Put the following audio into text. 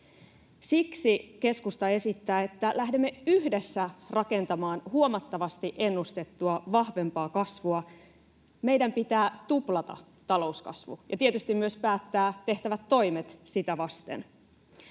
Siksi keskusta esittää, että lähdemme yhdessä rakentamaan huomattavasti ennustettua vahvempaa kasvua. Meidän pitää tuplata talouskasvu ja tietysti myös päättää tehtävät toimet sitä vasten.